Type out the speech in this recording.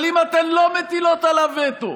אבל אם אתן לא מטילות עליו וטו